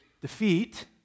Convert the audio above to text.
Defeat